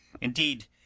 Indeed